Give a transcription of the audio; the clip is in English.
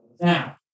Now